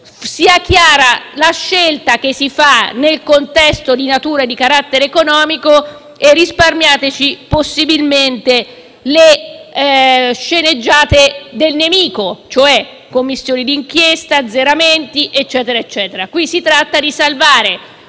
chiara la scelta che si fa nel contesto di carattere economico e risparmiateci, possibilmente, le sceneggiate del "nemico": Commissioni d'inchiesta, azzeramenti, eccetera. Qui si tratta di salvare